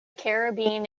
caribbean